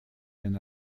den